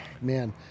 Man